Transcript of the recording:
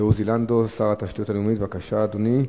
עוזי לנדאו, שר התשתיות לאומיות, בבקשה, אדוני.